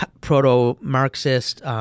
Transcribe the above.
proto-Marxist